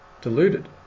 deluded